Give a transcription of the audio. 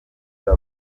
cya